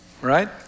right